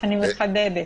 אני מחדדת.